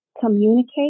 communicate